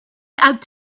out